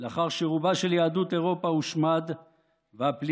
לאחר שרובה של יהדות אירופה הושמד והפליטים